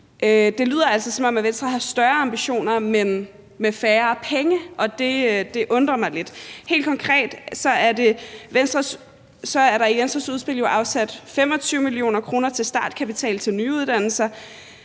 Det lyder altså, som om Venstre har større ambitioner, men færre penge til dem, og det undrer mig lidt. Helt konkret er der jo i Venstres udspil afsat 25 mio. kr. til startkapital til nye uddannelser,